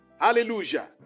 Hallelujah